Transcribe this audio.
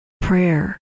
prayer